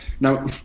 Now